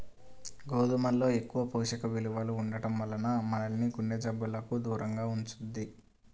గోధుమల్లో ఎక్కువ పోషక విలువలు ఉండటం వల్ల మనల్ని గుండె జబ్బులకు దూరంగా ఉంచుద్ది